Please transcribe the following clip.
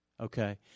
Okay